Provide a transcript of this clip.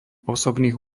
osobných